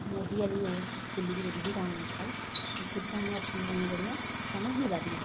मोदी आह्ली ओह् खु'ल्ली दी जेह्ड़ी दुकान अज्जकल उ'त्थें बी सानूं अच्छियां दवाइयां जेह्ड़ियां सानूं मिला दियां न